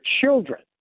children